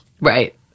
right